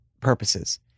purposes